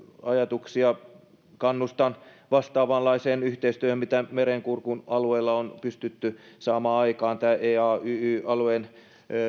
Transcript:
ajatuksia kannustan vastaavanlaiseen yhteistyöhön mitä merenkurkun alueella on pystytty saamaan aikaan tämän eayy alueen